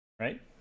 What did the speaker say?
right